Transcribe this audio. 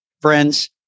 Friends